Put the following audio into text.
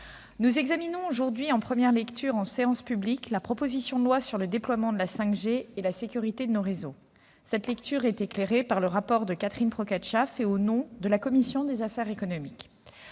vous examinez aujourd'hui en première lecture en séance publique la proposition de loi sur le déploiement de la 5G et la sécurité de nos réseaux. Cette lecture est éclairée par le rapport de Catherine Procaccia, fait au nom de la commission des affaires économiques.